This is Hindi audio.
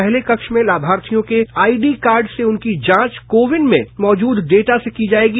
पहले कक्ष में लामाधियों के आई डी कार्ड से उनकी जांच कोविन में मौजूद डेटा से की जायेगी